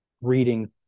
reading